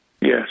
Yes